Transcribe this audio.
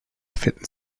finden